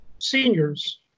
seniors